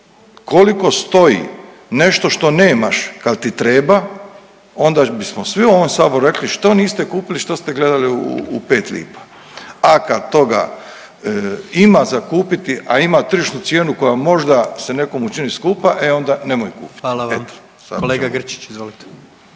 koliko stoji nešto što nemaš kad ti treba onda bismo svi u ovom saboru rekli što niste kupili, što ste gledali u pet lipa, a kad toga ima za kupiti, a ima tržišnu cijenu koja možda se nekome čini skupa, e onda nemoj kupiti, eto. **Jandroković,